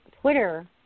Twitter